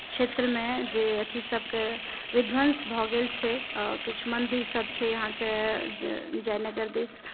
क्षेत्रमे जे अथी सभके विध्वन्स भऽ गेल छै किछु मन्दिरसभ छै अहाँके जय जयनगर दिस